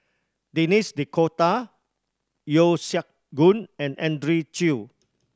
Denis D'Cotta Yeo Siak Goon and Andrew Chew